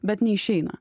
bet neišeina